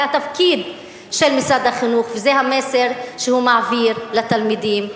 זה התפקיד של משרד החינוך וזה המסר שהוא מעביר לתלמידים הקטנים,